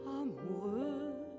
amoureux